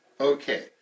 okay